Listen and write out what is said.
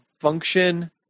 function